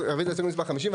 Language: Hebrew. להסתייגות מספר 70?